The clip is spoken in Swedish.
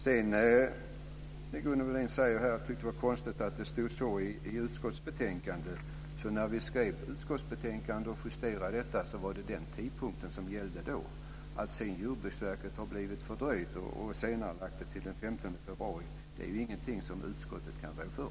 Gunnel Wallin tyckte att det var konstigt att det i utskottsbetänkandet inte stod mer om Jordbruksverkets utredning. När vi skrev utskottsbetänkandet och justerade det var det den tidpunkten som gällde då. Att Jordbruksverket sedan har blivit fördröjt och har senarelagt tidpunkten till den 15 februari är ingenting som utskottet kan rå för.